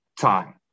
time